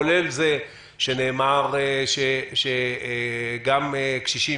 כולל זה שנאמר שגם קשישים,